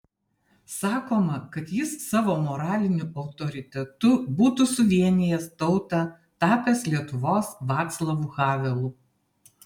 sakoma kad jis savo moraliniu autoritetu būtų suvienijęs tautą tapęs lietuvos vaclavu havelu